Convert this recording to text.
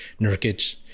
Nurkic